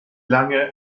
lange